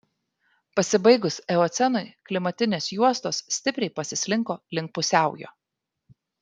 pasibaigus eocenui klimatinės juostos stipriai pasislinko link pusiaujo